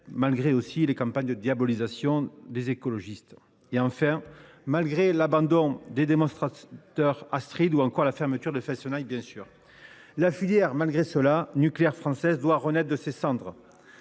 malgré aussi les campagnes de diabolisation des écologistes, malgré enfin l’abandon du démonstrateur Astrid ou encore la fermeture de Fessenheim. La filière nucléaire française doit renaître de ses cendres.